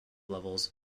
levels